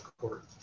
court